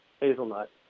hazelnut